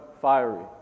fiery